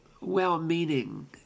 well-meaning